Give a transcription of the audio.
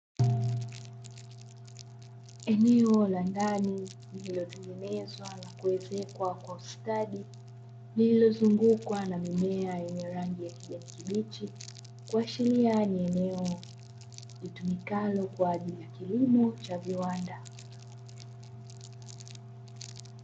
Eneo la ndani lililotengenezwa na kuezekwa kwa kustadi nililozungukwa na mimea yenye rangi ya kijani kibichi kwa chini yaani eneo litumikalo kwa kilimo cha viwanda.